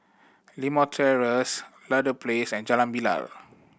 Limau Terrace Ludlow Place and Jalan Bilal